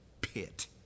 pit